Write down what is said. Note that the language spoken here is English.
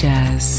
Jazz